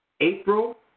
April